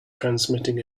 transmitting